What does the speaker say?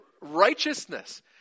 righteousness